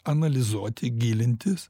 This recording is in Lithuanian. analizuoti gilintis